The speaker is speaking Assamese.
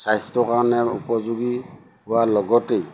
স্বাস্থ্যৰ কাৰণে উপযোগী হোৱাৰ লগতেই